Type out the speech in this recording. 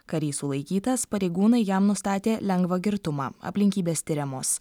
karys sulaikytas pareigūnai jam nustatė lengvą girtumą aplinkybės tiriamos